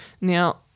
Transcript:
Now